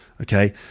okay